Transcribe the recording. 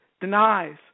denies